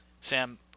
Sam